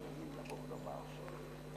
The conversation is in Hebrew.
בבקשה.